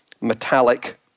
metallic